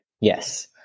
Yes